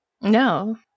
No